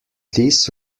this